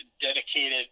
dedicated